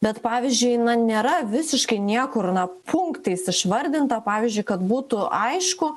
bet pavyzdžiui nėra visiškai niekur na punktais išvardinta pavyzdžiui kad būtų aišku